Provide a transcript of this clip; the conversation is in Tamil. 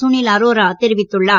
சுனில் அரோரா தெரிவித்துள்ளார்